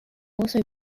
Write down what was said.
also